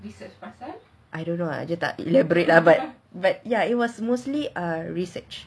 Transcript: I don't know lah dia tak elaborate ah but but yeah it was mostly a research